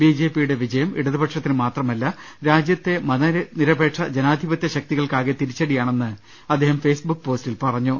B J പിയുടെ വിജയം ഇടതുപക്ഷ ത്തിന് മാത്രമല്ല രാജ്യത്തെ മതനിരപേക്ഷ ജനാധിപത്യ ശക്തികൾക്കാകെ തിരിച്ച ടിയാണെന്ന് അദ്ദേഹം ഫേസ്ബുക്ക് പോസ്റ്റിൽ പറഞ്ഞു